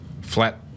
Flat